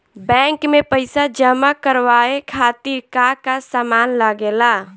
Bank में पईसा जमा करवाये खातिर का का सामान लगेला?